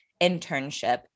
internship